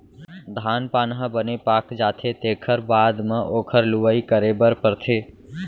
धान पान ह बने पाक जाथे तेखर बाद म ओखर लुवई करे बर परथे